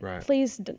please